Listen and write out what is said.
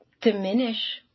diminish